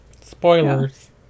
Spoilers